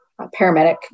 paramedic